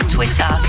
Twitter